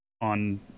on